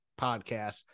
podcast